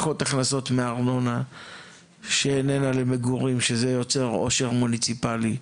פחות הכנסות מארנונה שאיננה למגורים שזה יוצר עושר מוניציפלי,